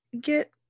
get